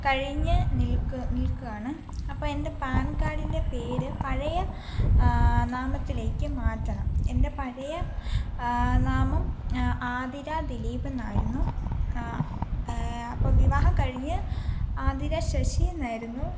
കഴിഞ്ഞു നിൽക്കുകയാണ് അപ്പോൾ എൻ്റെ പാൻകാർഡിൻ്റെ പേര് പഴയ നാമത്തിലേക്ക് മാറ്റണം എൻ്റെ പഴയ നാമം ആതിര ദിലീപ് എന്നായിരുന്നു അപ്പം വിവാഹം കഴിഞ്ഞു ആതിര ശശി എന്നായിരുന്നു